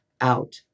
out